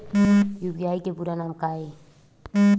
UPI के पूरा नाम का ये?